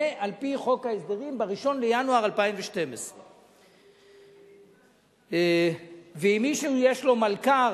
זה על-פי חוק ההסדרים ב-1 בינואר 2012. ואם מישהו יש לו מלכ"ר,